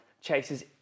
chases